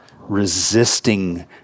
resisting